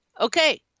okay